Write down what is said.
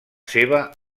seva